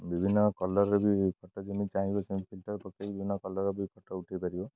ବିଭିନ୍ନ କଲର୍ର ବି ଫଟୋ ଯେମିତି ଚାହିଁବ ସେମିତି ପ୍ରିଣ୍ଟର ପକେଇକ ବିଭିନ୍ନ କଲର ବି ଫଟୋ ଉଠେଇପାରିବ